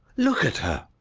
look at her!